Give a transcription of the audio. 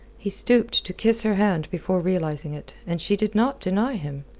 he stooped to kiss her hand before releasing it, and she did not deny him.